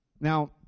Now